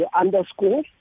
underscore